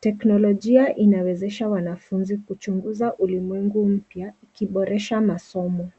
Teknolojia inawezesha wanafunzi kuchunguza ulimwengu mpya, ikiboresha masomo.